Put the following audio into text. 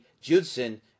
Judson